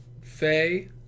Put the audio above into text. Faye